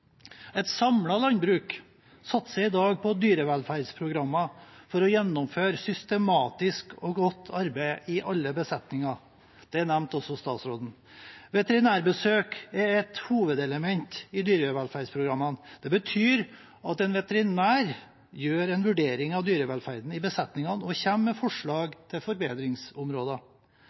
Et samlet landbruk satser i dag på dyrevelferdsprogrammer for å gjennomføre systematisk og godt arbeid i alle besetninger. Det nevnte også statsråden. Veterinærbesøk er et hovedelement i dyrevelferdsprogrammene. Det betyr at en veterinær gjør en vurdering av dyrevelferden i besetningene og kommer med forslag til forbedringsområder.